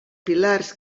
pilars